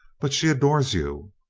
but she adores you.